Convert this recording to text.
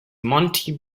monty